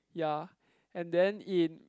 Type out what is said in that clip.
ya and then in